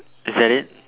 is that it